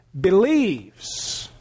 believes